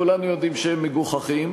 כולנו יודעים שהם מגוחכים.